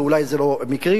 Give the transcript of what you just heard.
ואולי זה לא מקרי,